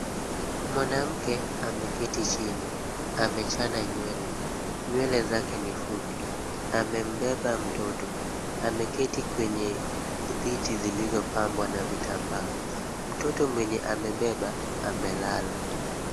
Mwanamke ameketi chini amechana nywele. Nywele zake ni fupi. Amembeba mtoto. Ameketi kwenye viti zilizopambwa na vitambaa. Mtoto mwenye amebeba amelala.